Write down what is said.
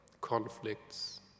conflicts